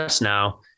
now